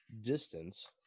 distance